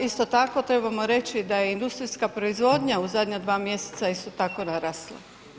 Isto tako trebamo reći da je industrijska proizvodnja u zadnja dva mjeseca isto tako narasla.